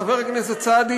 חבר הכנסת סעדי,